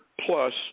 plus